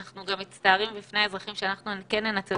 אנחנו מצטערים בפני האזרחים שאנחנו כן ננצל